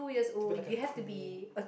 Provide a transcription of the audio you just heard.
to be like a cool